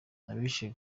abishe